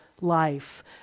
life